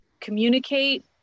communicate